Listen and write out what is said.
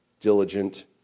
diligent